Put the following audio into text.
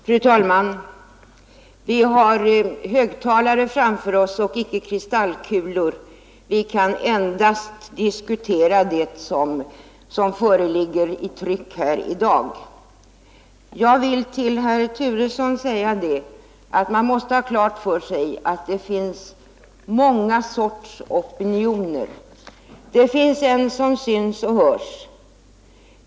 Fru talman! Vi har högtalare framför oss och icke kristallkulor. Vi kan endast diskutera det som föreligger i tryck här i dag. Jag vill till herr Turesson säga att man måste ha klart för sig att det finns många sorts opinioner. Det finns en som syns och hörs.